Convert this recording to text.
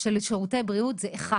של שירותי בריאות זה אחד